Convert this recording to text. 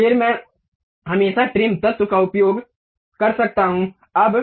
फिर मैं हमेशा ट्रिम तत्त्व का उपयोग कर सकता हूं